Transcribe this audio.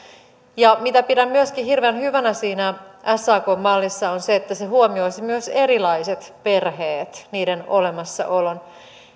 ja mitä pidän myöskin hirveän hyvänä sakn mallissa on se että se huomioisi myös erilaiset perheet niiden olemassaolon